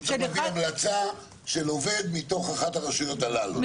צריך המלצה של עובד מתוך אחת הרשויות הללו.